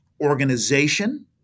organization